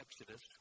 Exodus